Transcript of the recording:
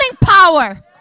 power